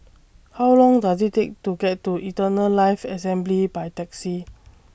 How Long Does IT Take to get to Eternal Life Assembly By Taxi